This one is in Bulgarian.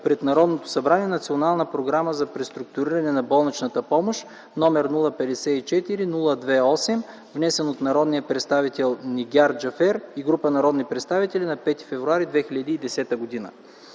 пред Народното събрание Национална програма за преструктуриране на болничната помощ № 054-02-8, внесен от народния представител Нигяр Джафер и група народни представители на 5 февруари 2010 г.